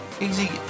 easy